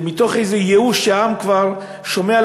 זה מתוך איזה ייאוש שהעם כבר שומע על